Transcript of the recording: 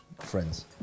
friends